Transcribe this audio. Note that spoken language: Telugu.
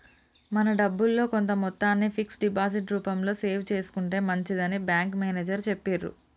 మన డబ్బుల్లో కొంత మొత్తాన్ని ఫిక్స్డ్ డిపాజిట్ రూపంలో సేవ్ చేసుకుంటే మంచిదని బ్యాంకు మేనేజరు చెప్పిర్రు